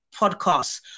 Podcast